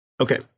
Okay